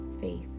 faith